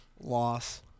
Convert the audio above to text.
Loss